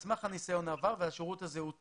על סמך ניסיון העבר השירות הזה הוא טוב.